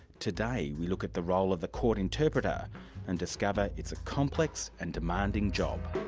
today we look at the role of the court interpreter and discover it's a complex and demanding job.